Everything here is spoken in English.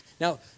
Now